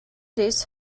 this